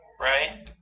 Right